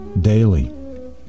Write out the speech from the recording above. daily